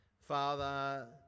father